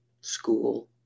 school